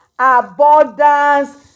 Abundance